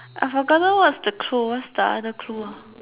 I forgotten what's the clue what's the other clue ah